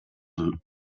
deux